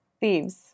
Thieves